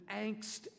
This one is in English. angst